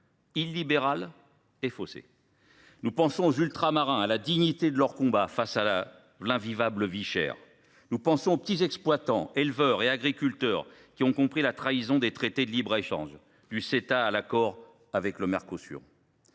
illibérale et faussée. Nous pensons aux Ultramarins et à la dignité de leur combat face à l’invivable vie chère. Nous pensons aux petits exploitants, éleveurs et agriculteurs, qui ont compris la trahison des traités de libre échange, de l’accord économique